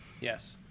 Yes